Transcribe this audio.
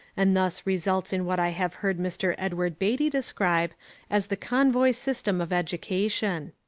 and thus results in what i have heard mr. edward beatty describe as the convoy system of education.